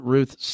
Ruth